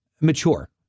mature